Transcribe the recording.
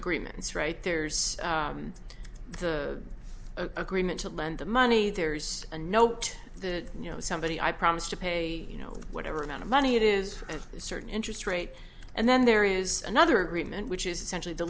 agreements right there's the agreement to lend the money there's a note that you know somebody i promise to pay you know whatever amount of money it is at a certain interest rate and then there is another agreement which is essentially the